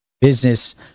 business